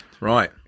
Right